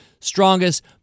strongest